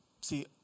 See